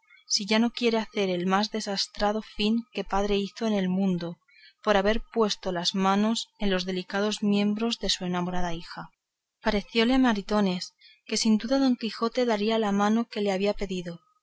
si ya no quiere hacer el más desastrado fin que padre hizo en el mundo por haber puesto las manos en los delicados miembros de su enamorada hija parecióle a maritornes que sin duda don quijote daría la mano que le habían pedido